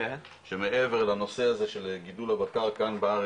שמעבר לנושא הזה של גידול הבקר כאן בארץ,